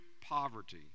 poverty